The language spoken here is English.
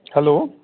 hello